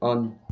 on